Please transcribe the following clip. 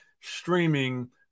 streaming